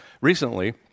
Recently